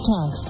Tax